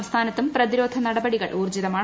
സംസ്ഥാനത്തും പ്രതിരോധ നടപടികൾ ഊർജിതമാണ്